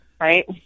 right